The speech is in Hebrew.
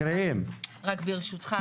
ברשותך,